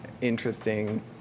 interesting